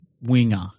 winger